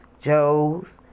Joe's